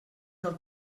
del